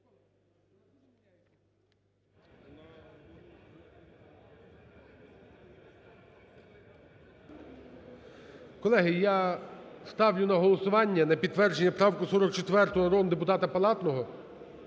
Колеги, я ставлю на голосування на підтвердження правку 44 народного депутата Палатного